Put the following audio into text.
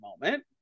moment